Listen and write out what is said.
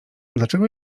dlaczego